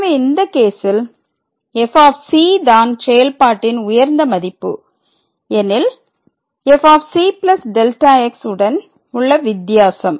எனவே இந்த கேசில் f தான் செயல்பாட்டின் உயர்ந்த மதிப்பு எனில் fc Δx உடன் உள்ள வித்தியாசம்